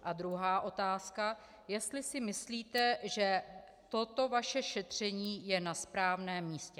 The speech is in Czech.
A druhá otázka, jestli si myslíte, že toto vaše šetření je na správném místě.